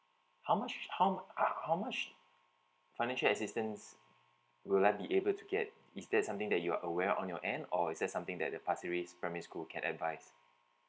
how much how how much financial assistance will I be able to get is that something that you are aware on your end or is that something that the pasir ris primary school can advice